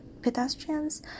pedestrians